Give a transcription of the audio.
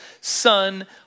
Son